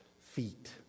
feet